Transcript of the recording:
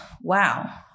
Wow